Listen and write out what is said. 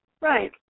right